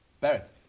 Barrett